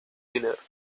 dinner